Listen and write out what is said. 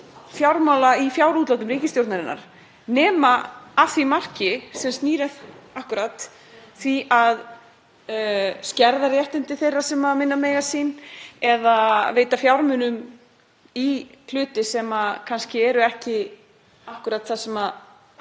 birtast í fjárútlátum ríkisstjórnarinnar nema að því marki sem snýr að akkúrat því að skerða réttindi þeirra sem minna mega sín, eða veita fjármuni í hluti sem kannski eru ekki akkúrat það sem